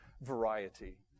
variety